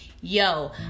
Yo